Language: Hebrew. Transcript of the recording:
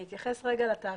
אני אתייחס לתאריכי התפוגה.